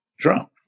trump